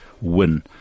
win